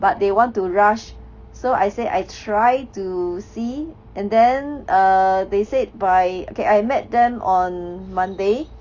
but they want to rush so I say I try to see and then err they said by okay I met them on monday